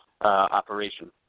operation